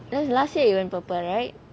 that was last year you wear purple right